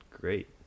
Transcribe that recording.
great